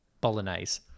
bolognese